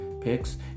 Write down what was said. Picks